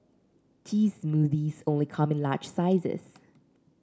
cheese smoothies only come in large sizes